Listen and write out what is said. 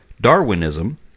Darwinism